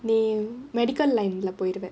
name medical line leh போய்டுவா:poiduvaa